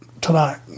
tonight